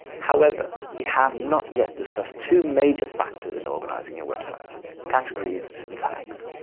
however, we have not yet discussed two major factors in organizing your website categories and tags.